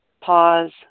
pause